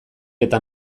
eta